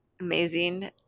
amazing